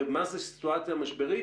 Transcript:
ומה זה סיטואציה משברית?